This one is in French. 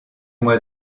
moi